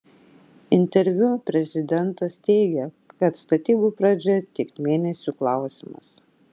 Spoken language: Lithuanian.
interviu prezidentas teigė kad statybų pradžia tik mėnesių klausimas